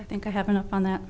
i think i have enough on that